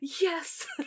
yes